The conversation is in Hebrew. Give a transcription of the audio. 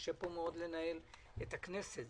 קשה מאוד לנהל את הכנסת,